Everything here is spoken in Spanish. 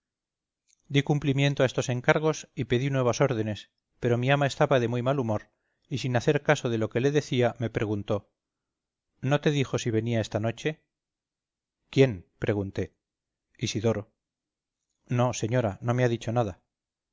di cumplimiento a estos encargos y pedí nuevas órdenes pero mi ama estaba de muy mal humor y sin hacer caso de lo que le decía me preguntó no te dijo si venía esta noche quién pregunté isidoro no señora no me ha dicho nada